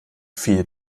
viel